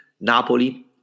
Napoli